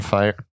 Fire